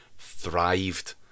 thrived